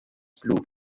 blut